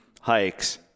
hikes